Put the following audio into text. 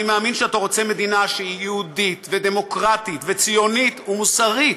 אני מאמין שאתה רוצה מדינה שהיא יהודית ודמוקרטית וציונית ומוסרית,